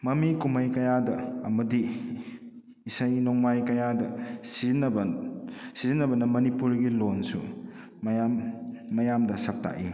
ꯃꯃꯤ ꯀꯨꯝꯍꯩ ꯀꯌꯥꯗ ꯑꯃꯗꯤ ꯏꯁꯩ ꯅꯣꯡꯃꯥꯏ ꯀꯌꯥꯗ ꯁꯤꯖꯤꯟꯅꯕ ꯁꯤꯖꯤꯟꯅꯕꯅ ꯃꯅꯤꯄꯨꯔꯒꯤ ꯂꯣꯟꯁꯨ ꯃꯌꯥꯝ ꯃꯌꯥꯝꯗ ꯁꯛ ꯇꯥꯛꯏ